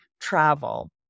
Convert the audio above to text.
travel